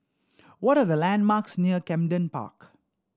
what are the landmarks near Camden Park